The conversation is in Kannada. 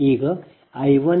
ಈಗ I1